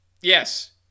yes